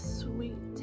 sweet